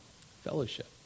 Fellowship